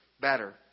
better